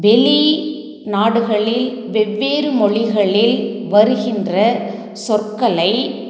வெளிநாடுகளில் வெவ்வேறு மொழிகளில் வருகின்ற சொற்களை